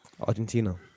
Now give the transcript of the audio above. Argentina